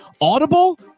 audible